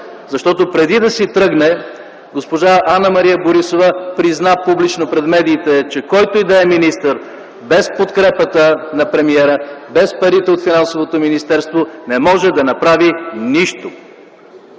защото преди да си тръгне госпожа Анна-Мария Борисова призна публично пред медиите, че който и да е министър без подкрепата на премиера, без парите от Финансовото министерство не може да направи нищо.